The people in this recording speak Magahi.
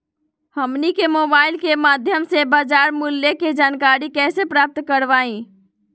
हमनी के मोबाइल के माध्यम से बाजार मूल्य के जानकारी कैसे प्राप्त करवाई?